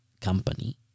company